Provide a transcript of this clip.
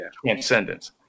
transcendence